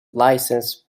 license